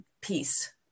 peace